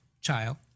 child